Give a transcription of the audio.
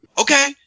Okay